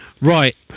Right